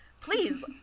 please